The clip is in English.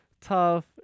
tough